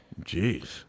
Jeez